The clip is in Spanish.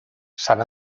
san